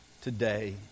today